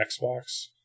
Xbox